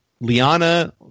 Liana